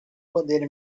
bandeira